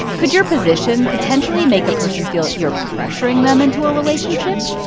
could your position potentially make a person feel you're pressuring them into a relationship,